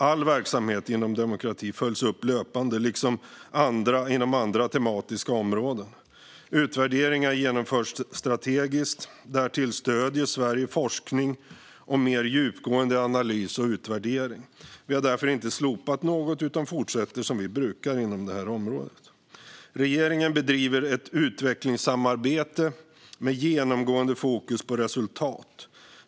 All verksamhet inom demokrati följs upp löpande liksom inom andra tematiska områden. Utvärderingar genomförs strategiskt. Därtill stöder Sverige forskning och mer djupgående analys och utvärdering. Vi har därför inte slopat något utan fortsätter som vi brukar inom detta område. Regeringen bedriver ett utvecklingssamarbete med genomgående fokus på resultat.